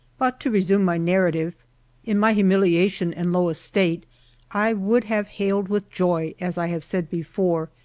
but to resume my narrative in my humiliation and low estate i would have hailed with joy, as i have said before,